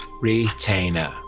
retainer